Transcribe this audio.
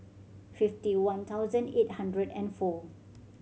fifty one thousand eight hundred and four